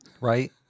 right